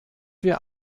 wir